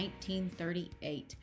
1938